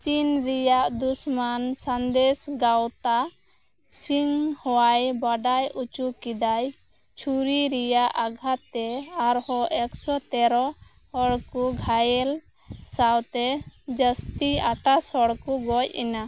ᱪᱤᱱ ᱨᱮᱭᱟᱜ ᱫᱩᱥᱢᱟᱱ ᱥᱟᱸᱫᱮᱥ ᱜᱟᱶᱛᱟ ᱥᱤᱱ ᱦᱚᱣᱟᱭ ᱵᱟᱰᱟᱭᱟ ᱚᱪᱚ ᱠᱮᱫᱟᱭ ᱪᱷᱩᱨᱤ ᱨᱮᱭᱟᱜ ᱟᱜᱷᱟᱛ ᱛᱮ ᱟᱨᱦᱚᱸ ᱮᱠᱥᱚ ᱛᱮᱨᱚ ᱦᱚᱲ ᱠᱚ ᱜᱷᱟᱭᱮᱞ ᱥᱟᱶᱛᱮ ᱡᱟᱹᱥᱛᱤ ᱟᱴᱟᱥ ᱦᱚᱲ ᱠᱚ ᱜᱚᱡ ᱮᱱᱟ